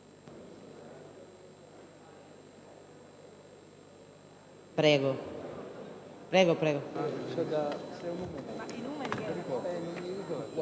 Prego,